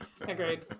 Agreed